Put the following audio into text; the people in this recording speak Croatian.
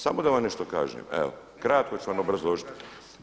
Samo da vam nešto kažem, evo, kratko ću vam obrazložiti.